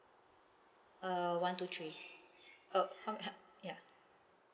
uh one two three uh how ya ya